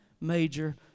major